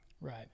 Right